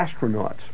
astronauts